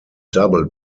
double